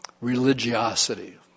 religiosity